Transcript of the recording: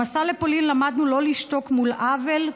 במסע לפולין למדנו לא לשתוק מול עוול,